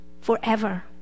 forever